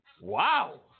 Wow